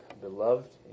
beloved